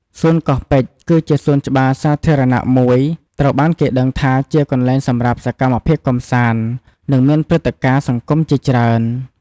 សួនកោះពេជ្រ គឺជាសួនច្បារសាធារណៈមួយត្រូវបានគេដឹងថាជាកន្លែងសម្រាប់សកម្មភាពកម្សាន្ត និង មានព្រឹត្តិការណ៍សង្គមជាច្រើន។